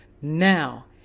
Now